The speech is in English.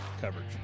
coverage